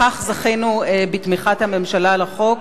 בכך זכינו בתמיכת הממשלה לחוק.